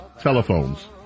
telephones